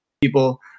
people